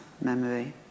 memory